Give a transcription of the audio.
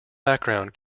background